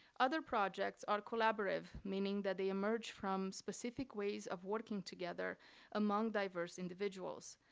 other projects are collaborative, meaning that they emerge from specific ways of working together among diverse individuals.